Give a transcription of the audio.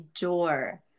door